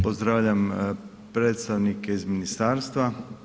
Pozdravljam predstavnike iz ministarstva.